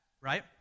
right